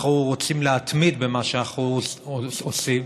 אנחנו רוצים להתמיד במה שאנחנו עושים,